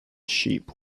sheep